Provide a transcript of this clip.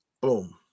boom